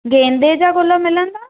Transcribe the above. गेंदे जा गुल मिलंदा